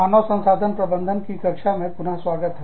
मानव संसाधन प्रबंधन की कक्षा में पुनः स्वागत है